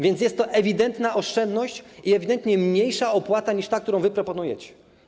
Więc jest to ewidentna oszczędność i ewidentnie mniejsza opłata niż ta, którą wy proponujecie.